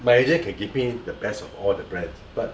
my agent can give me the best of all the brands but